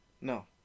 No